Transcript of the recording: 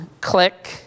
click